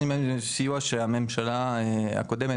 זה סיוע שהממשלה הקודמת,